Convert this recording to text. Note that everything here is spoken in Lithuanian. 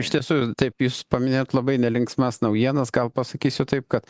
iš tiesų taip jūs paminėjot labai nelinksmas naujienas gal pasakysiu taip kad